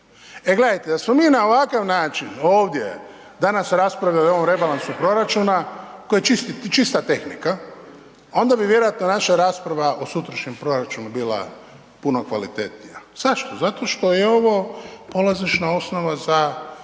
E gledajte, da smo na ovakav način ovdje danas raspravljali o ovom rebalansu proračuna koji je čisti tehnika, onda bi vjerojatno naša rasprava o sutrašnjem proračunu bila pun kvalitetnija, zašto? Zato što je ovo polazišna osnova za